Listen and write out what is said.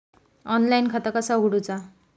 Online खाता कसा उगडूचा?